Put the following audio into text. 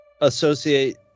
associate